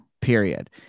Period